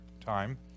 time